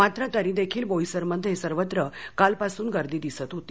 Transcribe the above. मात्र तरी देखील बोईसरमध्ये सर्वत्र कालपासून गर्दी दिसत होती